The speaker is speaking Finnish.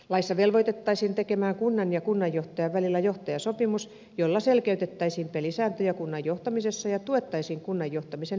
laissa velvoitettaisiin tekemään kunnan ja kunnanjohtajan välillä johtajasopimus jolla selkeytettäisiin pelisääntöjä kunnan johtamisessa ja tuettaisiin kunnan johtamisen edellytyksiä